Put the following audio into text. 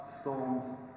storms